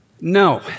no